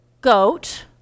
goat